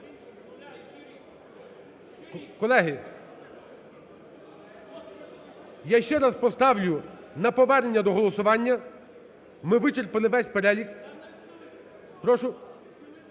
Колеги, я ще раз поставлю на повернення до голосування. Ми вичерпали весь перелік. Прошу…